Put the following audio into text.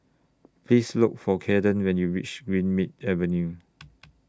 Please Look For Kaeden when YOU REACH Greenmead Avenue